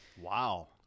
wow